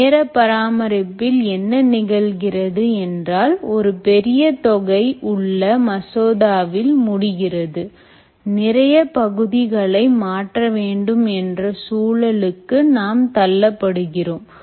நேர பராமரிப்பில் என்ன நிகழ்கிறது என்றால் ஒரு பெரிய தொகை உள்ள மசோதாவில் முடிகிறது நிறைய பகுதிகளை மாற்ற வேண்டும் என்ற சூழலுக்கு நாம் தள்ளப்படுகிறோம்